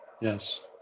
Yes